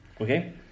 Okay